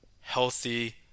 healthy